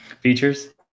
Features